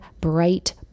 bright